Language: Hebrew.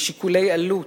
משיקולי עלות.